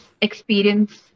experience